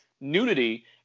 nudity